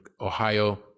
Ohio